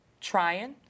trying